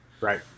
Right